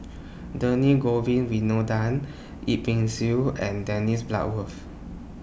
Govin Winodan Yip Pin Xiu and Dennis Bloodworth